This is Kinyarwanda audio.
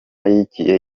y’igihe